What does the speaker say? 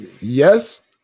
yes